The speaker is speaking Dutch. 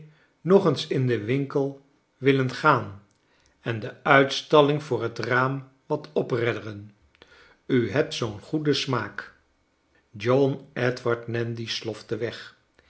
nog eens in den winkel willen gaan en de uitstalling voor het raam wat opredderen u hebt zoo'n goeden smaak john edward nandy slofte weg